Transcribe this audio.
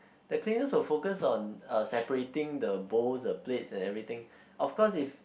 the cleaners will focus on uh separating the bowls the plates and everything of course if